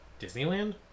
Disneyland